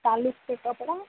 के कपड़ा